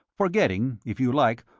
forgetting, if you like,